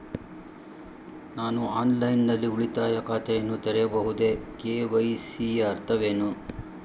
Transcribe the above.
ನಾನು ಆನ್ಲೈನ್ ನಲ್ಲಿ ಉಳಿತಾಯ ಖಾತೆಯನ್ನು ತೆರೆಯಬಹುದೇ? ಕೆ.ವೈ.ಸಿ ಯ ಅರ್ಥವೇನು?